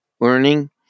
learning